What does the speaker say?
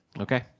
Okay